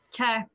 Okay